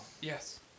Yes